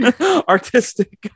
artistic